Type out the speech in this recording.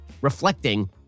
reflecting